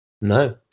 no